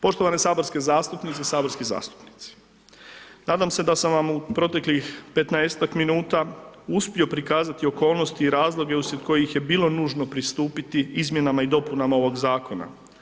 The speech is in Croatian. Poštovane saborske zastupnice, saborski zastupnici, nadam se da sam vam u proteklih 15-ak minuta uspio prikazati okolnosti i razloge uslijed kojih je bilo nužno pristupiti izmjenama i dopunama ovog zakona.